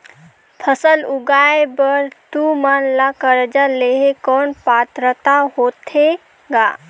फसल उगाय बर तू मन ला कर्जा लेहे कौन पात्रता होथे ग?